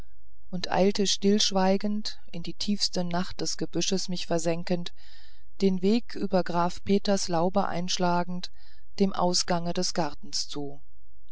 und eilte stillschweigend in die tiefste nacht des gebüsches mich versenkend den weg über graf peters laube einschlagend dem ausgange des gartens zu